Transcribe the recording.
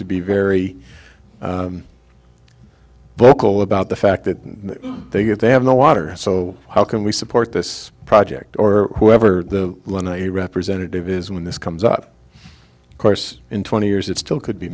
to be very vocal about the fact that they get they have no water so how can we support this project or whoever the representative is when this comes up of course in twenty years it still could be